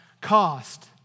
cost